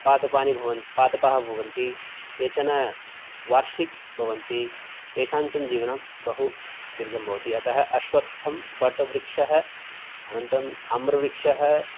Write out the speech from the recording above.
पादपानि भवन्ति पादपाः भवन्ति केचन वार्षिकाः भवन्ति केषाञ्चन जीवनं बहुदीर्घं भवति अतः अश्वत्थं वटवृक्षः अनन्तरम् आम्रवृक्षः